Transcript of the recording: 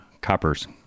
copper's